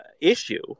issue